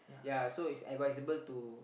yea so it's advisable to